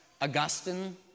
Augustine